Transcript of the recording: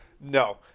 No